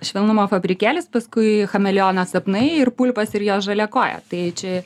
švelnumo fabrikėlis paskui chameleono sapnai ir pulpas ir jo žalia koja tai čia